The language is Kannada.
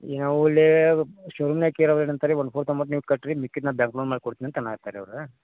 ಈಗ ನಾವು ಇಲ್ಲಿ ಶೋರೂಮ್ನಾಗೆ ಕೇಳಬೇಕಂತಾರೆ ರೀ ಒನ್ ಫೋರ್ತ್ ಅಮೌಂಟ್ ನೀವು ಕಟ್ಟಿರಿ ಮಿಕ್ಕಿದ್ದು ನಾನು ಬ್ಯಾಂಕ್ ಲೋನ್ ಮಾಡ್ಕೊಡ್ತೀನಿ ಅಂತ ಅನ್ನೋ ಹತ್ತಾರ್ ರೀ ಅವ್ರು